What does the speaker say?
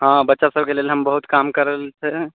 हँ बच्चासबके लेल हम बहुत काम कऽ रहल छी